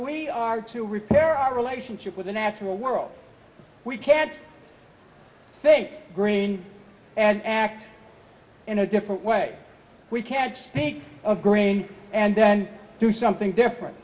we are to repair our relationship with the natural world we can't fake green and act in a different way we can't speak of grain and then do something different